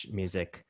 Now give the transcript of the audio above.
music